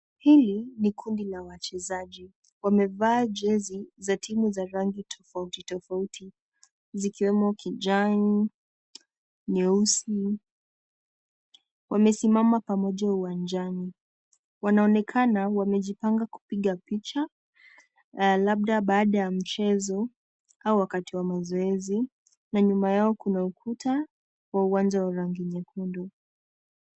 Hii ni kundi la wachezaji. Wamevaa jezi za timu za rangi tofauti tofauti zikiwemo kijani, nyeusi. Wamesimama pamoja uwanjani. Wanaonekana wamejipanga kupiga picha, labda baada ya mchezo au wakati wa mazoezi na nyuma yao kuna ukuta wa uwanja wa rangi nyekundu.